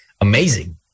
amazing